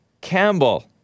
Campbell